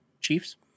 Chiefs